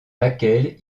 laquelle